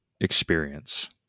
experience